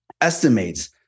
estimates